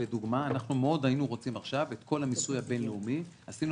לדוגמה: מאוד היינו רוצים עכשיו את כל המיסוי הבין-לאומי עשינו